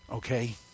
Okay